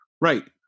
Right